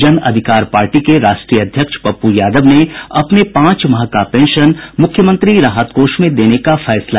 जन अधिकार पार्टी के राष्ट्रीय अध्यक्ष पप्पू यादव ने अपने पांच माह का पेंशन मुख्यमंत्री राहत कोष में देंगे